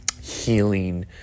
healing